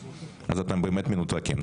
אז אתם באמת מנותקים.